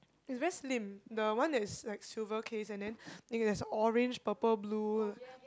it's very slim the one that's like silver case and then they got like there's orange purple blue